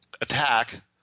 attack